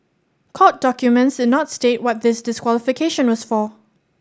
court documents did not state what this disqualification was for